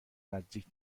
نزدیک